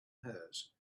hers